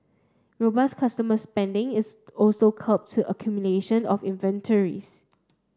robust consumer spending is also curbed the accumulation of inventories